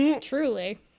Truly